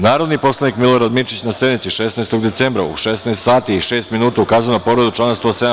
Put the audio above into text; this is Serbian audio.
Narodni poslanik Milorad Mirčić, na sednici 16. decembra 2019. godine, u 16 časova i šest minuta, ukazao je na povredu člana 107.